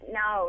no